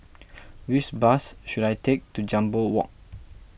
which bus should I take to Jambol Walk